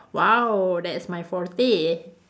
!wow! that's my forte